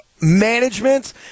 management